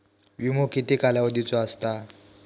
विमो किती कालावधीचो असता?